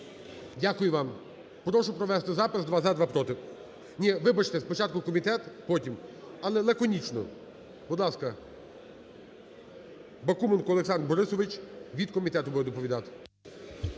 Дякую вам. Прошу провести запис: два – за, два – проти. Ні, вибачте, спочатку комітет, потім, але лаконічно. Будь ласка, Бакуменко Олександр Борисович, від комітету буде доповідати.